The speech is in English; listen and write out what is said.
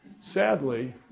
sadly